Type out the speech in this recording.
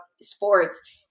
sports